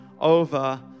over